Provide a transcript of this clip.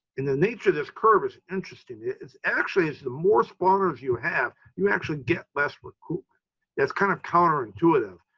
and the nature of this curve is interesting. it's actually, it's the more spawners you have, you actually get less recruitment. that's kind of counterintuitive,